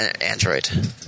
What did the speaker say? Android